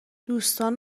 دوستان